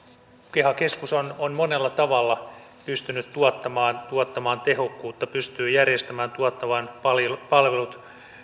keha keskus on on monella tavalla pystynyt tuottamaan tuottamaan tehokkuutta pystyy järjestämään tuottamaan palvelut